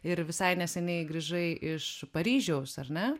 ir visai neseniai grįžai iš paryžiaus ar ne